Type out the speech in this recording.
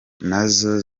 nazo